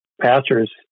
pastors